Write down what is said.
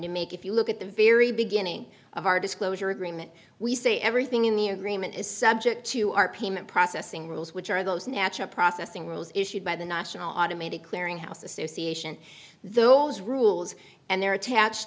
to make if you look at the very beginning of our disclosure agreement we say everything in the agreement is subject to our payment processing rules which are those natural processing rules issued by the national automated clearing house association those rules and they're attached